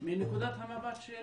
מנקודת המבט של